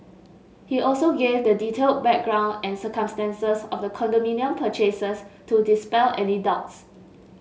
he also gave the detailed background and circumstances of the condominium purchases to dispel any doubts